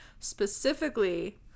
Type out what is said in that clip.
Specifically